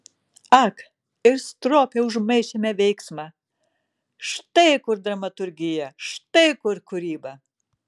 ak ir stropiai užmaišėme veiksmą štai kur dramaturgija štai kur kūryba